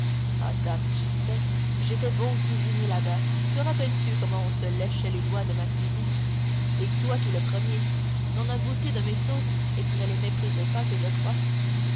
ah dame tu sais j'étais bon cuisinier là-bas te rappelles-tu comme on se léchait les doigts de ma cuisine et toi tout le premier tu en as goûté de mes sauces et tu ne les méprisais pas que je crois